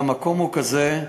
והמקום הוא כזה,